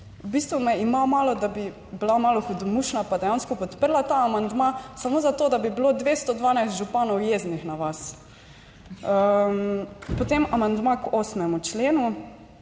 V bistvu me ima malo, da bi bila malo hudomušna pa dejansko podprla ta amandma samo za to, da bi bilo 212 županov jeznih na vas. Potem amandma k 8. členu,